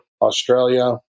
Australia